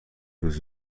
روز